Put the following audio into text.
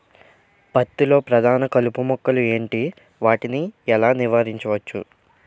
పత్తి లో ప్రధాన కలుపు మొక్కలు ఎంటి? వాటిని ఎలా నీవారించచ్చు?